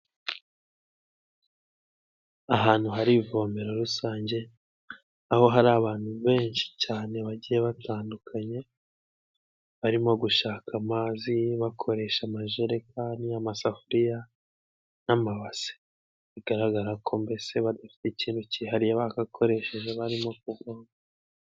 Ahantu hari ivomero rusange aho hari abantu benshi cyane bagiye batandukanye, barimo gushaka amazi bakoresha amajerekani, amasafuriya n'amabase; bigaragara ko mbese badafite ikintu cyihariye bagakoresheje barimo kuvoma.